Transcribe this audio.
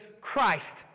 Christ